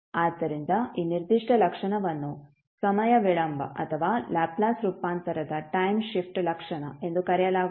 ಆದ್ದರಿಂದ ಈ ನಿರ್ದಿಷ್ಟ ಲಕ್ಷಣವನ್ನು ಸಮಯ ವಿಳಂಬ ಅಥವಾ ಲ್ಯಾಪ್ಲೇಸ್ ರೂಪಾಂತರದ ಟೈಮ್ ಶಿಫ್ಟ್ ಲಕ್ಷಣ ಎಂದು ಕರೆಯಲಾಗುತ್ತದೆ